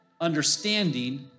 understanding